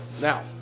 Now